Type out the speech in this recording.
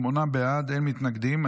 שמונה בעד, אין מתנגדים.